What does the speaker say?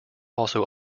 also